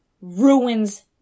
ruins